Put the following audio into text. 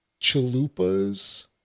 chalupas